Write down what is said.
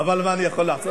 אבל מה אני יכול לעשות.